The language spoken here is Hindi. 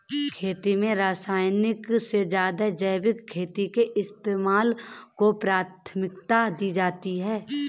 खेती में रासायनिक से ज़्यादा जैविक खेती के इस्तेमाल को प्राथमिकता दी जाती है